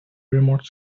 remote